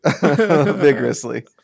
vigorously